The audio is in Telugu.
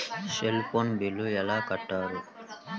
సెల్ ఫోన్ బిల్లు ఎలా కట్టారు?